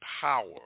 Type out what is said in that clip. power